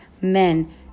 men